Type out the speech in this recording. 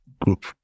group